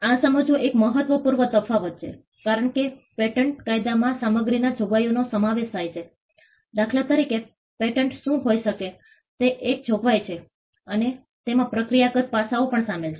આ સમજવું એક મહત્વપૂર્ણ તફાવત છે કારણ કે પેટન્ટ કાયદામાં સામગ્રીની જોગવાઈઓનો સમાવેશ થાય છે દાખલા તરીકે પેટન્ટ શું હોઈ શકે તે એક જોગવાઈ છે અને તેમાં પ્રક્રિયાગત પાસાઓ પણ શામેલ છે